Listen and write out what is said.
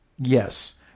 yes